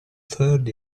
third